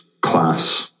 class